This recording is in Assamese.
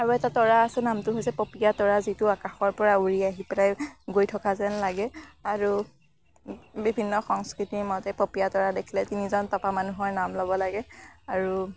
আৰু এটা তৰা আছে নামটো হৈছে পপীয়া তৰা যিটো আকাশৰ পৰা উৰি আহি পেলাই গৈ থকা যেন লাগে আৰু বিভিন্ন সংস্কৃতিৰ মতে পপীয়া তৰা দেখিলে তিনিজন টপা মানুহৰ নাম ল'ব লাগে আৰু